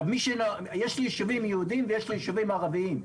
יש לי יישובים יהודים ויש לי יישובים ערבים.